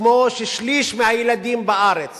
שבו שליש מהילדים בארץ